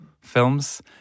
films